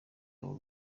abo